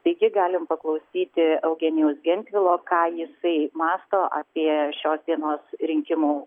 taigi galim paklausyti eugenijaus gentvilo ką jisai mąsto apie šios dienos rinkimų